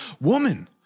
woman